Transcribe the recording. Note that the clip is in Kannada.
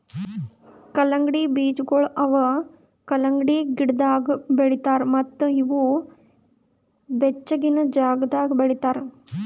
ಕಲ್ಲಂಗಡಿ ಬೀಜಗೊಳ್ ಅವಾ ಕಲಂಗಡಿ ಗಿಡದಾಗ್ ಬೆಳಿತಾರ್ ಮತ್ತ ಇವು ಬೆಚ್ಚಗಿನ ಜಾಗದಾಗ್ ಬೆಳಿತಾರ್